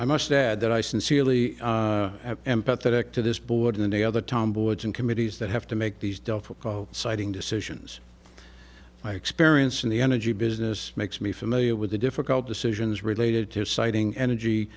i must add that i sincerely empathetic to this board and other tom boards and committees that have to make these difficult siting decisions my experience in the energy business makes me familiar with the difficult decisions related to siting energy